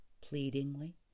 pleadingly